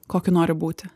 kokiu nori būti